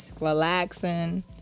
relaxing